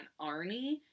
Arnie